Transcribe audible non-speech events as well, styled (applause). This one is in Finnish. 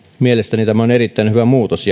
mielestäni tämä on erittäin hyvä muutos (unintelligible)